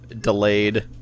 delayed